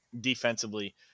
defensively